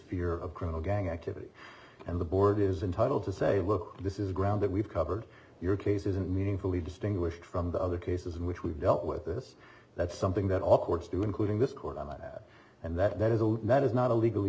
fear of criminal gang activity and the board is entitle to say look this is ground that we've covered your case isn't meaningfully distinguished from the other cases which we've dealt with this that's something that all courts do including this court on that and that is that is not a legally